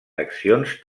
accions